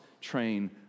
train